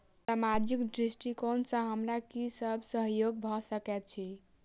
सामाजिक दृष्टिकोण सँ हमरा की सब सहयोग भऽ सकैत अछि?